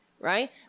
right